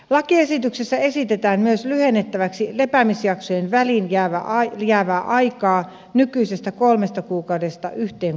lakiesityksessä esitetään myös lyhennettäväksi lepäämisjaksojen väliin jäävää aikaa nykyisestä kolmesta kuukaudesta yhteen kuukauteen